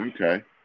Okay